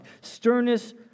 sternness